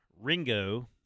Ringo